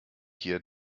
hier